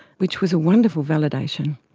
which was a wonderful validation.